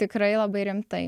tikrai labai rimtai